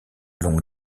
longue